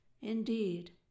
Indeed